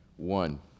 one